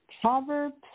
Proverbs